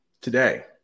today